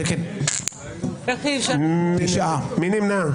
מי נמנע?